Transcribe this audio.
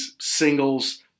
singles